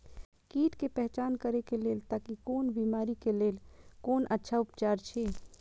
कीट के पहचान करे के लेल ताकि कोन बिमारी के लेल कोन अच्छा उपचार अछि?